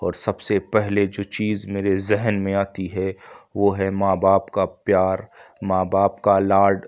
اور سب سے پہلے جو چیز میرے ذہن میں آتی ہے وہ ہے ماں باپ کا پیار ماں باپ کا لاڈ